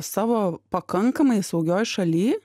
savo pakankamai saugioj šaly